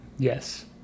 Yes